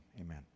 amen